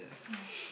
ya